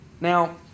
Now